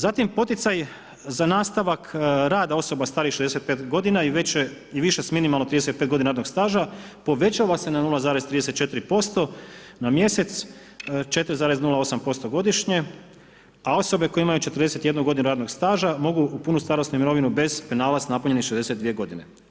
Zatim poticaji za nastavak rada osoba starijih od 65 godina i više s minimalno 35 godina radnog staža povećava se na 0,34% na mjesec, 4,08% godišnje a osobe koje imaju 41 godinu radnog staža mogu u punu starosnu mirovinu bez penala sa napunjenih 62 godine.